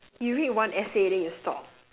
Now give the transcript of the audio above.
you read one essay then you stop